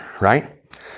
right